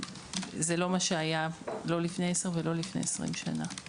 זה לא מה שהיה לא לפני 10 ולא לפני 20 שנה.